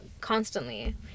constantly